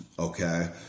Okay